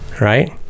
Right